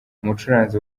umucuranzi